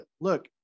look